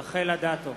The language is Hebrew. רחל אדטו,